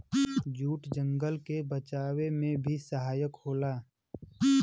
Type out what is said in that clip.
jute जंगल के बचावे में भी सहायक होला